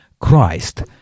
Christ